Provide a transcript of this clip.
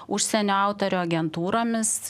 užsienio autorių agentūromis